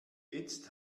jetzt